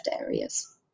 areas